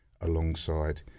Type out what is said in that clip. alongside